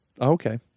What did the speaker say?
Okay